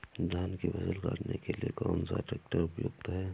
धान की फसल काटने के लिए कौन सा ट्रैक्टर उपयुक्त है?